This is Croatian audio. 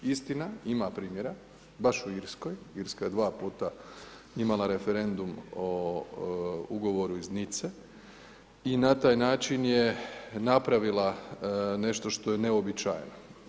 Istina ima primjera baš u Irskoj, Irska je dva puta imala referendum o Ugovoru iz Nice i na taj način je napravila nešto što je neuobičajeno.